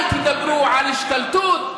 אל תדברו על השתלטות.